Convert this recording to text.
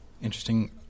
Interesting